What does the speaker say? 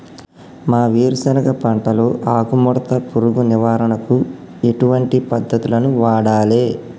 మా వేరుశెనగ పంటలో ఆకుముడత పురుగు నివారణకు ఎటువంటి పద్దతులను వాడాలే?